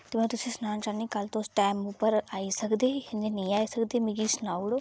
ते अ'ऊं तुसेंगी सनाना चाह्न्नी कल तुस टैम उप्पर आई सकदे जां नेईं आई सकदे ते मिकी सनाई ओड़ो